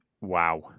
wow